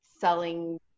selling